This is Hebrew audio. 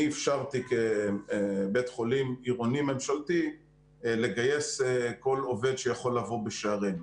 אפשרתי כבית חולים עירוני-ממשלתי לגייס כל עובד שיכול לבוא בשערינו.